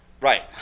Right